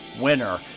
winner